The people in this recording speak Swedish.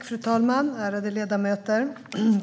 Fru talman! Ärade ledamöter!